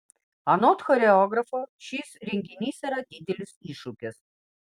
anot choreografo šis renginys yra didelis iššūkis